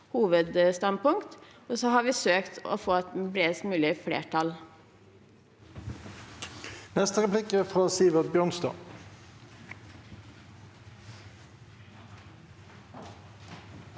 hovedstandpunkt. Så har vi søkt å få et bredest mulig flertall.